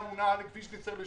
קבעו שתקציב ההילולה